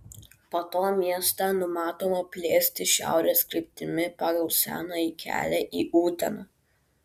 po to miestą numatoma plėsti šiaurės kryptimi pagal senąjį kelią į uteną